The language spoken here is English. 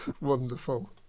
Wonderful